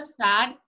sad